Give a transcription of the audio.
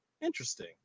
interesting